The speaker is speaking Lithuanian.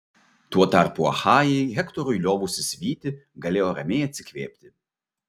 tuo tarpu achajai hektorui liovusis vyti galėjo ramiai atsikvėpti